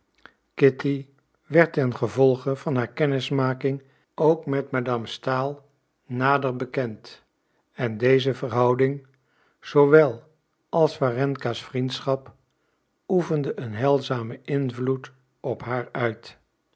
kitty werd tengevolge van haar kennismaking ook met madame stahl nader bekend en deze verhouding zoowel als warenka's vriendschap oefende een heilzamen invloed op haar uit